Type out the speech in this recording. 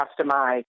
customize